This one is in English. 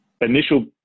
initial